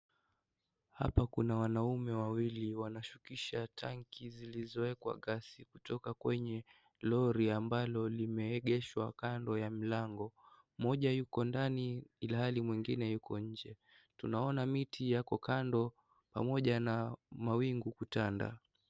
Hapa kuna wanaume wawili wanashukisha tanki zilizowekwa gasi kutoka kwenye lori ambalo limeegeshwa kando ya mlango. Mmoja yuko ndani ilhali mwengine yuko nje. Tunaona miti yako kando pamoja na mawingu kutanda.